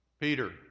Peter